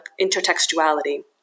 intertextuality